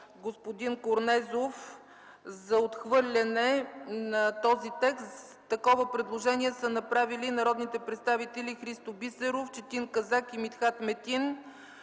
господин Корнезов за отхвърляне на този текст. Такова предложение са направили народните представители Христо Бисеров, Четин Казак и Митхат Метин.